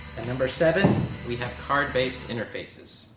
at number seven, we have card based interfaces.